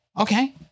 Okay